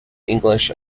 english